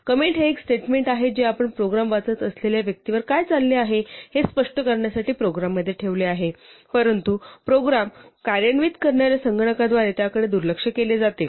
comment हे एक statement आहे जे आपण प्रोग्राम वाचत असलेल्या व्यक्तीवर काय चालले आहे हे स्पष्ट करण्यासाठी प्रोग्राममध्ये ठेवले आहे परंतु प्रोग्राम कार्यान्वित करणाऱ्या संगणकाद्वारे त्याकडे दुर्लक्ष केले जाते